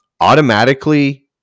automatically